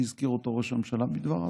הזכיר אותו ראש הממשלה בדבריו,